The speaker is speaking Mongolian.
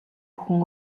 бүхэн